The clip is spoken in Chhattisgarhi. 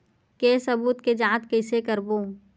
के सबूत के जांच कइसे करबो?